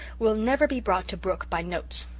will never be brought to book by notes.